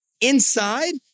inside